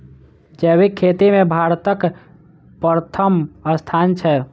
जैबिक खेती मे भारतक परथम स्थान छै